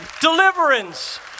Deliverance